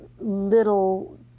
little